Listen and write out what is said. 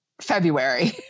February